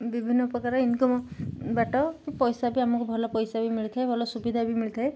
ବିଭିନ୍ନ ପ୍ରକାର ଇନକମ୍ ବାଟ ପଇସା ବି ଆମକୁ ଭଲ ପଇସା ବି ମିଳିଥାଏ ଭଲ ସୁବିଧା ବି ମିଳିଥାଏ